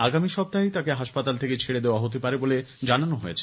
আগামী সপ্তাহেই তাঁকে হাসপাতাল থেতে ছেড়ে দেওয়া হতে পারে বলে জানানো হয়েছে